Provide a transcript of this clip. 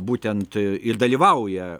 būtent ir dalyvauja